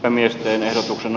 a miesten osuus on